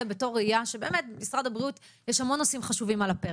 בתור ראיה שבאמת במשרד הבריאות יש המון נושאים חשובים על הפרק.